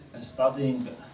studying